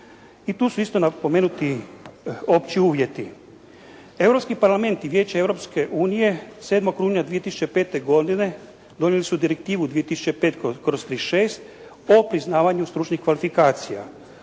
i tu su isto napomenuti opći uvjeti. Europski parlament i Vijeće Europske unije 7. rujna 2005. godine donijeli su direktivu 2005./36 o priznavanju stručnih kvalifikacija.